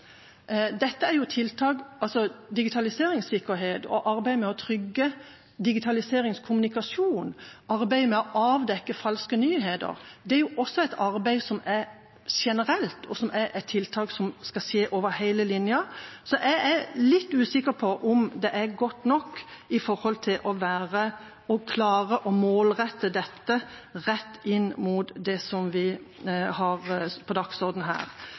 Digitaliseringssikkerhet, arbeidet med å trygge digitaliseringskommunikasjon og arbeidet med å avdekke falske nyheter er jo også et arbeid som er generelt, og som er tiltak som skal skje over hele linjen. Jeg er litt usikker på om det er godt nok til å klare å målrette dette rett inn mot det vi har på dagsordenen her.